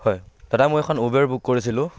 হয় দাদা মই এখন উবেৰ বুক কৰিছিলোঁ